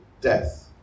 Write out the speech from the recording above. death